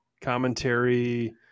commentary